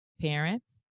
parents